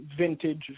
vintage